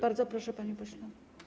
Bardzo proszę, panie pośle.